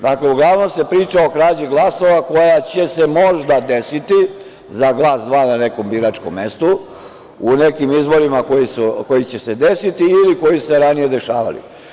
Dakle, uglavnom se priča o krađi glasova koja će se možda desiti za glas, dva na nekom biračkom mestu, u nekim izborima koji će se desiti ili koji su se ranije dešavali.